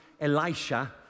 Elisha